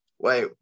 wait